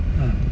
ah